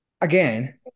Again